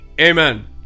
Amen